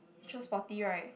you chose sporty [right]